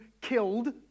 killed